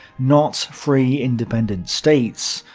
not free independent states.